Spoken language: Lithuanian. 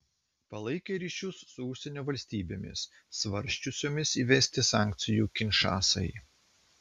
palaikė ryšius su užsienio valstybėmis svarsčiusiomis įvesti sankcijų kinšasai